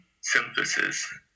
synthesis